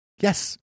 Yes